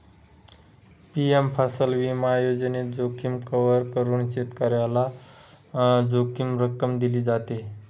PM फसल विमा योजनेत, जोखीम कव्हर करून शेतकऱ्याला जोखीम रक्कम दिली जाते